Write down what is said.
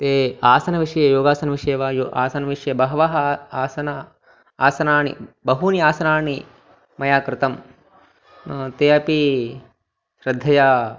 ते आसनविषये योगासनविषये वा आसनविषये बहवः आसनानि आसनानि बहूनि आसनानि मया कृतानि ते अपि श्रद्धया